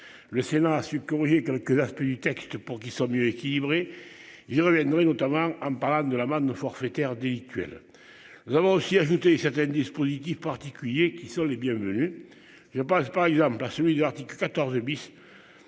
Le Sénat a su corriger quelques aspects du texte pour qu'ils sont mieux équilibrés. J'y reviendrai notamment en panne de l'amende forfaitaire délictuelle. Nous avons aussi ajouté certains dispositifs particuliers qui sont les bienvenus. Je pense par exemple par celui de l'article 14 bis.